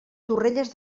torrelles